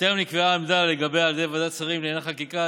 וטרם נקבעה עמדה לגביה על ידי ועדת השרים לענייני חקיקה,